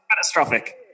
catastrophic